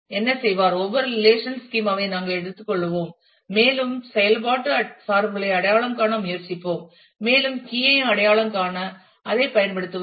எனவே என்ன செய்வார் ஒவ்வொரு ரெலேஷனல் ஸ்கீமா ஐயும் நாங்கள் எடுத்துக்கொள்வோம் மேலும் செயல்பாட்டு சார்புகளை அடையாளம் காண முயற்சிப்போம் மேலும் கீ யை அடையாளம் காண அதைப் பயன்படுத்துவோம்